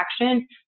action